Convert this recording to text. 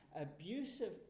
abusive